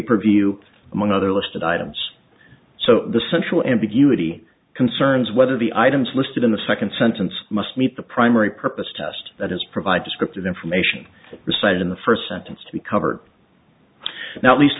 per view among other listed items so the central ambiguity concerns whether the items listed in the second sentence must meet the primary purpose test that is provide descriptive information decided in the first sentence to be covered now least